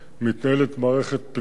מתנהלת מערכת פנימית.